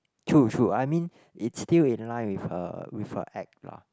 true true I mean it's still in line with her with her act lah